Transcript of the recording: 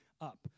up